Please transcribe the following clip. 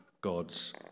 God's